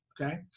okay